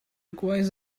requires